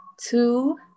Two